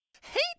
Hey